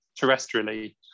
terrestrially